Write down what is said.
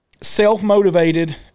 self-motivated